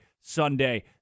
Sunday